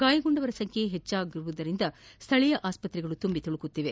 ಗಾಯಗೊಂಡವರ ಸಂಖ್ಯೆ ಹೆಚ್ಚರುವುದರಿಂದ ಸ್ವಳೀಯ ಆಸ್ವತ್ರೆಗಳು ತುಂಬಿ ತುಳುಕುತ್ತಿದೆ